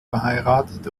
verheiratet